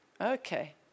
Okay